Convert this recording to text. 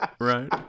Right